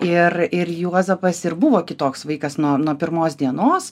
ir ir juozapas ir buvo kitoks vaikas nuo nuo pirmos dienos